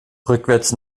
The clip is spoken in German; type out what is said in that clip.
rückwarts